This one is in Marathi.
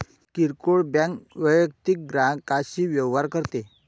किरकोळ बँक वैयक्तिक ग्राहकांशी व्यवहार करते